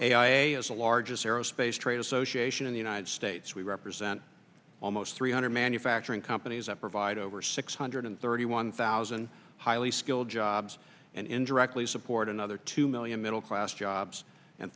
is the largest aerospace trade association in the united states we represent almost three hundred manufacturing companies that provide over six hundred thirty one thousand highly skilled jobs and indirectly support another two million middle class jobs and